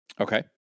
Okay